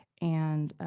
and